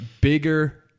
bigger